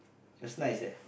she was nice eh